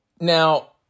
Now